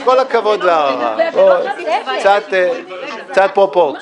קצת פרופורציות.